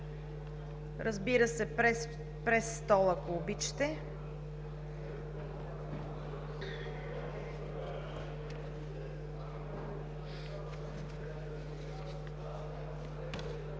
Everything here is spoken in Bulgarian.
Разбира се, през стол, ако обичате.